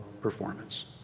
performance